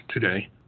today